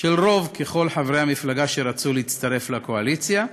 של רוב ככל חברי המפלגה, שרצו להצטרף לקואליציה.